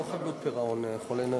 לא חדלות פירעון, חולי נפש.